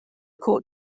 court